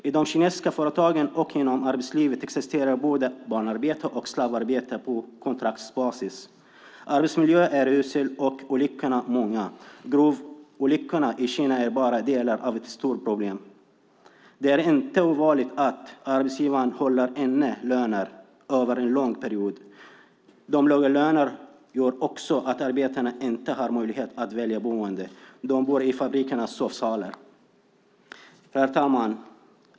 I de kinesiska företagen och inom arbetslivet existerar både barnarbete och slavarbete på kontraktsbasis. Arbetsmiljön är usel och olyckorna många. Gruvolyckorna i Kina är bara delar av ett större problem. Det är inte ovanligt att arbetsgivaren håller inne löner över en lång period. De låga lönerna gör också att arbetarna inte har möjlighet att välja boende; de bor i fabrikernas sovsalar. Herr talman!